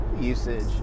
usage